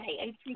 okay